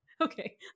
okay